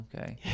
Okay